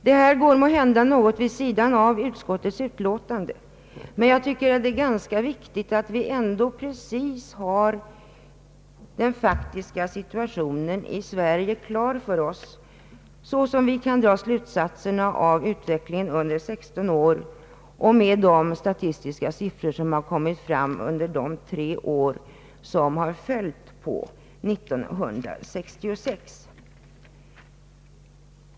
Det anförda går måhända något vid sidan av utskottets utlåtande, men jag anser det ganska viktigt att vi har den faktiska situationen i Sverige klar för oss så som vi kan dra slutsatserna av de statistiska resultaten under åren 1950—1966 samt den utveckling som skett efter 1966.